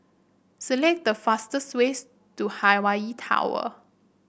select the fastest ways to Hawaii Tower